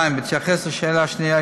2. בהתייחס לשאלה השנייה,